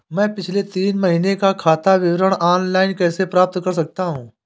मैं पिछले तीन महीनों का खाता विवरण ऑनलाइन कैसे प्राप्त कर सकता हूं?